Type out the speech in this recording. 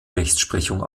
rechtsprechung